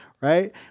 right